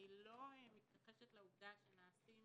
אני לא מתכחשת לעובדה שנעשים